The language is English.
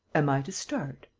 am i to start?